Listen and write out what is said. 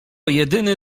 jedyny